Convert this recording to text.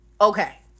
Okay